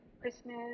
christmas